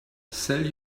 sell